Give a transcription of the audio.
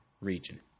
region